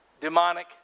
demonic